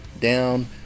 down